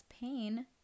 pain